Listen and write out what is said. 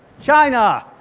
china!